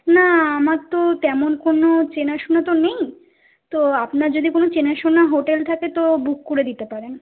না আমার তো তেমন কোনো চেনাশোনা তো নেই তো আপনার যদি কোনো চেনাশোনা হোটেল থাকে তো বুক করে দিতে পারেন